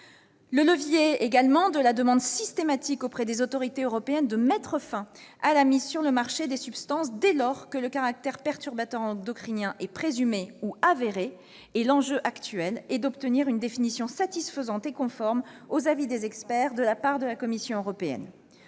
le levier de la demande systématique auprès des autorités européennes de mettre fin à la mise sur le marché des substances dès lors que le caractère perturbateur endocrinien est présumé ou avéré ; l'enjeu actuel est d'obtenir une définition satisfaisante et conforme aux avis des experts de la part de la Commission européenne.